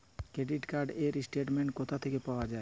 Credit card র statement কোথা থেকে পাওয়া যাবে?